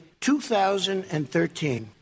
2013